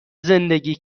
زندگی